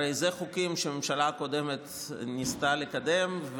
הרי זה חוקים שהממשלה הקודמת ניסתה לקדם,